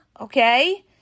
okay